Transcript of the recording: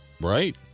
right